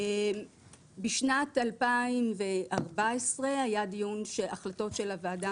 בשנת 2014 היה דיון שההחלטות של הוועדה